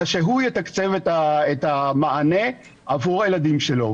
אלא שהוא יתקצב את המענה עבור הילדים שלו.